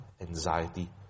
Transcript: anxiety